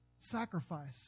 Sacrifice